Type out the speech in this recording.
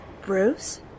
Bruce